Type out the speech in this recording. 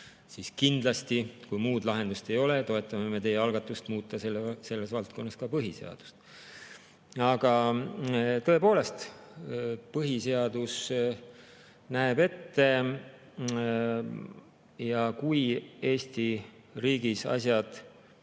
siis kindlasti, kui muud lahendust ei ole, me toetame teie algatust muuta selles valdkonnas ka põhiseadust. Aga tõepoolest, põhiseadus [on selline] ja kui Eesti riigis asjad